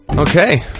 Okay